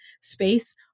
space